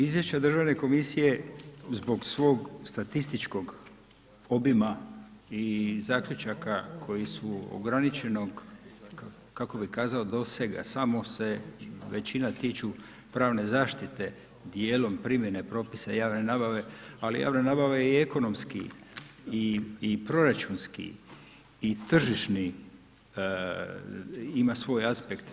Izvješća državne komisije zbog svog statističkog obima i zaključaka koji su ograničenog, kako bi kazao dosega, samo se većina tiču pravne zaštite dijelom primjene propisa javne nabave, ali javna nabava je i ekonomski i proračunski i tržišni ima svoj aspekt.